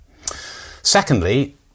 Secondly